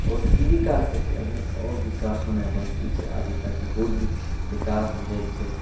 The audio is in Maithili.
आओर की विकास हेतै अभी तऽ आओर विकास होनाइ बाँकी छै अभी तक बहुत विकास भेल छै